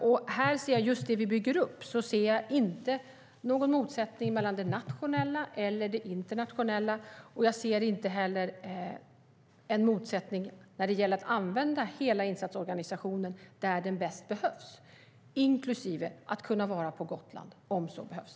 När det gäller det som vi bygger upp ser jag inte någon motsättning mellan nationella och det internationella. Jag ser inte heller någon motsättning i att använda hela insatsorganisationen där den bäst behövs, inklusive att kunna vara på Gotland, om så behövs.